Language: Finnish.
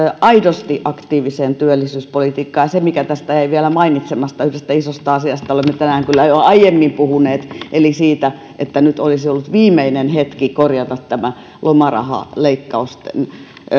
aidosti aktiiviseen työllisyyspolitiikkaan se tästä jäi vielä mainitsematta yhdestä isosta asiasta olemme tänään kyllä jo aiemmin puhuneet eli siitä että nyt olisi ollut viimeinen hetki korjata tämä lomarahaleikkausten